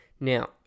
Now